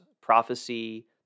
prophecy